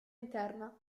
interna